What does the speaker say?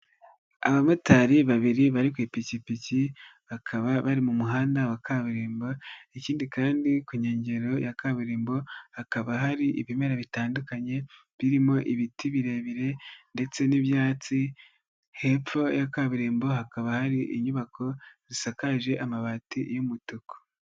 Abamotari babiri bari ku ipikipiki, bakaba bari mu muhanda wa kaburimbo, ikindi kandi ku nkengero ya kaburimbo, hakaba hari ibimera bitandukanye, birimo ibiti birebire ndetse n'ibyatsi, hepfo ya kaburimbo hakaba hari inyubako zisakaje amabati y'umutuku.